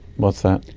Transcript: what's that?